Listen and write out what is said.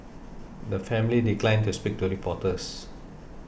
the family declined to speak to reporters